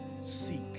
seek